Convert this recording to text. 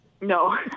No